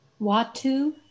Watu